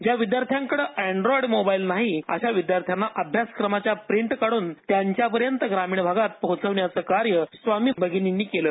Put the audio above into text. ज्या विद्यार्थ्यांकडे अँड़ॉइड मोबाईल नाही अशा विद्यार्थ्यांना अभ्यासक्रमाच्या प्रिंट काढून त्यांच्यापर्यंत ग्रामीण भागात पोहोचविण्याचे कार्य स्वामी भगिनी शिक्षिकांनी केलं